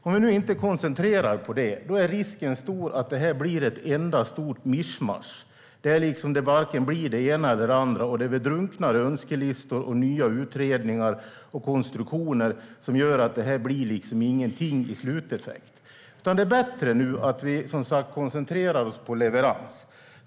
Om vi inte koncentrerar oss på det är risken stor att detta blir ett enda stort mischmasch där det varken blir det ena eller det andra och där vi drunknar i önskelistor, nya utredningar och konstruktioner som gör att det inte blir någonting i sluteffekt. Det är som sagt bättre att vi nu koncentrerar oss på leverans.